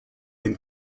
than